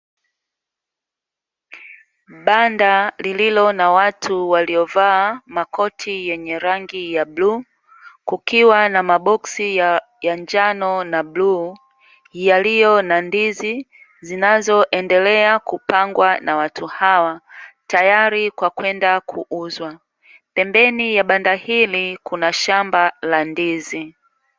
Banda lililo na watu waliovaa makoti yenye rangi ya bluu kukiwa na maboxsi ya njano na bluu yaliyo na ndizi zinazoendelea kupangwa na watu hawa tayari kwa kwenda kuuzwa, pembeni ya banda hili kuna shamba la ndizi.